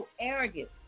arrogant